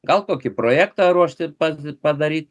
gal kokį projektą ruošti pats padaryt